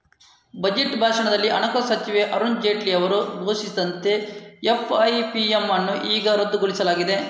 budget ಭಾಷಣದಲ್ಲಿ ಹಣಕಾಸು ಸಚಿವ ಅರುಣ್ ಜೇಟ್ಲಿ ಅವರು ಘೋಷಿಸಿದಂತೆ ಎಫ್.ಐ.ಪಿ.ಎಮ್ ಅನ್ನು ಈಗ ರದ್ದುಗೊಳಿಸಲಾಗಿದೆ